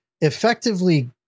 effectively